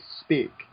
speak